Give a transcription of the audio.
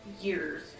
years